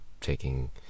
taking